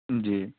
جی